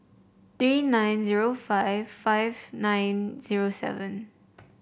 three nine zero five five nine zero seven